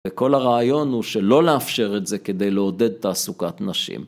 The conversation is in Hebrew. וכל הרעיון הוא שלא לאפשר את זה כדי לעודד תעסוקת נשים.